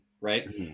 right